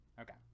Okay